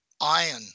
iron